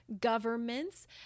governments